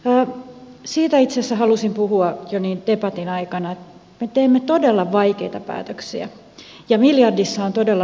siitä itse asiassa halusin puhua jo debatin aikana että me teemme todella vaikeita päätöksiä ja miljardissa on todella monta nollaa